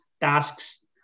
tasks